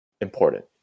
important